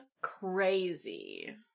crazy